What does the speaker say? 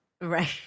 Right